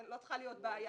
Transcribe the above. אז לא צריכה להיות בעיה.